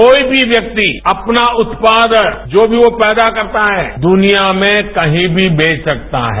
कोई भी व्यक्ति अपना उत्पादन जो भी वो पैदा करता है दुनिया में कहीं भी बेच सकता है